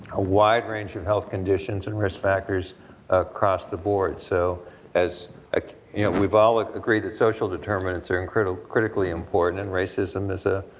a wide range of health conditions and risk factors across the board. so as ah yeah we've all agreed that social determinants are and critically critically important, and racism is a,